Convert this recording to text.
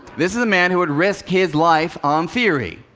this is a man who would risk his life on theory.